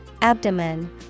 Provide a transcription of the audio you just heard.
Abdomen